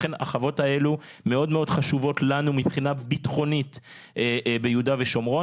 לכן החוות האלו מאוד מאוד חשובות לנו מבחינה ביטחונית ביהודה ושומרון